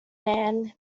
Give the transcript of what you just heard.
man